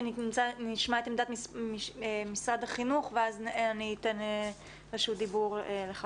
נשמע את עמדת משרד החינוך ואז אני אתן רשות דיבור לך,